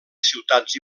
ciutats